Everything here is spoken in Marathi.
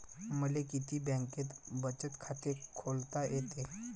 मले किती बँकेत बचत खात खोलता येते?